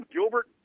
Gilbert